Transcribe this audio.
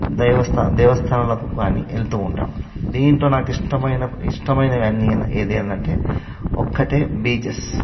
దైవస్థా దేవస్థానాలకు కానీ వెళుతూ ఉంటాను దీంతో నాకు ఇష్టమైన ఇష్టమైనవి అన్నీ ఎంటేంటి అంటే ఒక్కటే బీచెస్